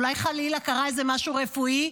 אולי, חלילה, קרה איזה משהו רפואי,